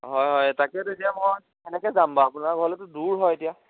হয় হয় তাকেতো তেতিয়া মই কেনেকৈ যাম বাৰু আপোনাৰ ঘৰলৈতো দূৰ হয় এতিয়া